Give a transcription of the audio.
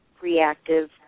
reactive